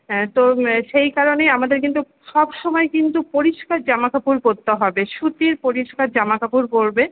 হ্যাঁ তো সেই কারণেই আমাদের কিন্তু সবসময় কিন্তু পরিষ্কার জামাকাপড় পরতে হবে সুতির পরিষ্কার জামাকাপড় পরবে